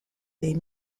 les